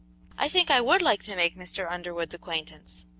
i think i would like to make mr. underwood's acquaintance!